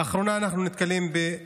לאחרונה אנחנו נתקלים בכך